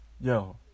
Yo